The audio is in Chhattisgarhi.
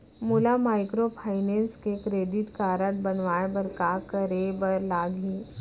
मोला माइक्रोफाइनेंस के क्रेडिट कारड बनवाए बर का करे बर लागही?